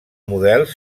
models